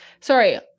Sorry